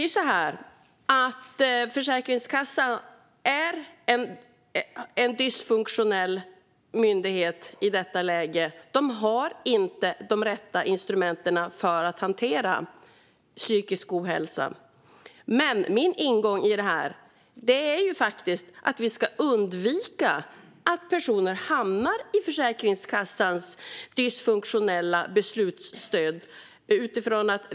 Försäkringskassan är en dysfunktionell myndighet i detta läge. De har inte de rätta instrumenten för att hantera psykisk ohälsa. Men min ingång i detta är att vi ska undvika att personer hamnar i Försäkringskassans dysfunktionella beslutsstöd.